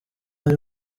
ari